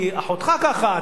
כי אחותך ככה,